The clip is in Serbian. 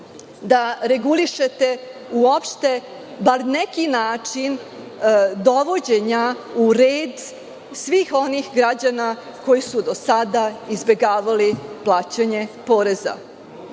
da regulišete uopšte bar na neki način dovođenje u red svih onih građana koji su do sada izbegavali plaćanje poreza? Čini